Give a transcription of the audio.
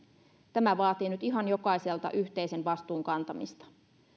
tämä vaatii nyt ihan jokaiselta yhteisen vastuun kantamista